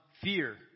fear